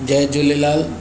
Jay Jhulelal